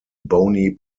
bony